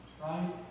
right